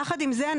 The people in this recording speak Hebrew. יחד עם זה,